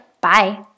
Bye